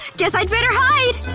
guess i'd better hide!